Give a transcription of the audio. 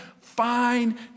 fine